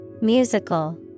Musical